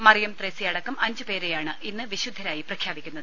മറിയം ത്രേസ്യയ ടക്കം അഞ്ചുപേരെയാണ് ഇന്ന് വിശുദ്ധരായി പ്രഖ്യാപിക്കുന്നത്